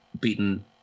beaten